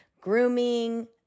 grooming